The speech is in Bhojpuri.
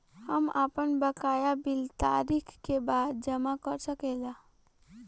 हम आपन बकाया बिल तारीख क बाद जमा कर सकेला?